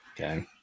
Okay